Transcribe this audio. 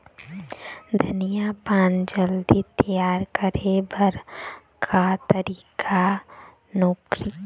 धनिया पान जल्दी तियार करे बर का तरीका नोकरी?